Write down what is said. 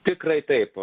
tikrai taip